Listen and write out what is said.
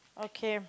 okay